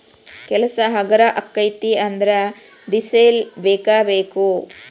ಕೆಲಸಾ ಹಗರ ಅಕ್ಕತಿ ಆದರ ಡಿಸೆಲ್ ಬೇಕ ಬೇಕು